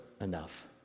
enough